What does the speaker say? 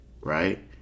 right